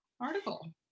article